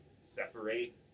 separate